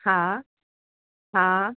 हा हा